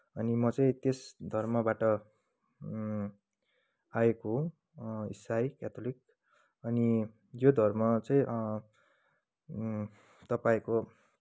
अनि म चाहिँ त्यस धर्मबाट आएको हो इसाई केथोलिक अनि यो धर्म चाहिँ तपाईँको